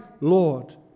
Lord